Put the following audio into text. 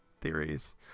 theories